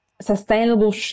Sustainable